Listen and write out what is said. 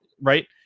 Right